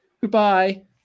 Goodbye